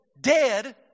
dead